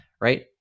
right